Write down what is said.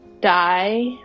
Die